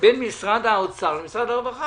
בין האוצר לרווחה.